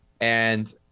And-